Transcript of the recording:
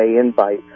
invite